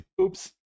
Oops